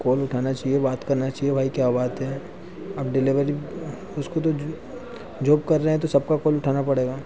कोल उठाना चिए बात करना चिए भाई क्या बात है अब डिलेवरी उसको तो जो कर रहे हैं तो सबका कोल उठाना पड़ेगा